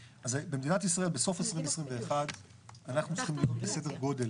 במדינת ישראל בסוף 2021 אנחנו צפויים לסדר גודל